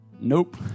Nope